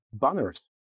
banners